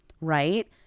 right